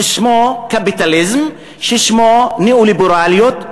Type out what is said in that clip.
ששמו קפיטליזם, ששמו ניאו-ליברליות,